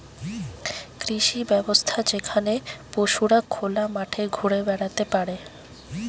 কৃষি ব্যবস্থা যেখানে পশুরা খোলা মাঠে ঘুরে বেড়াতে পারে